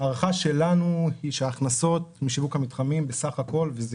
ההערכה שלנו היא שההכנסות משיווק המתחמים בסך הכול וזה